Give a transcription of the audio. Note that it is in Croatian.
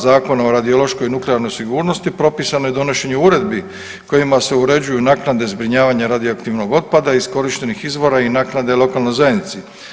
Zakona o radiološkoj i nuklearnoj sigurnosti propisano je donošenje uredbi kojima se uređuju naknade zbrinjavanja radioaktivnog otpada, iskorištenih izvora i naknade lokalnoj zajednici.